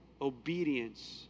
obedience